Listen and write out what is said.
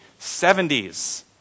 70s